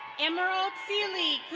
emerald sealey,